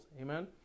amen